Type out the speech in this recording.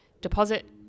deposit